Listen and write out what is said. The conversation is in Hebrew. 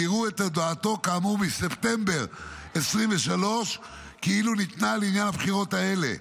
ויראו את הודעתו כאמור מספטמבר 2023 כאילו ניתנה לעניין הבחירות האלה.